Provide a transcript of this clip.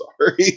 sorry